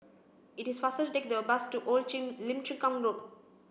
it is faster to take the bus to Old Lim Chu Kang Road